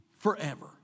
Forever